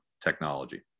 technology